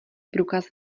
průkaz